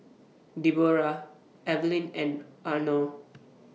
Deborrah Evelyn and Arno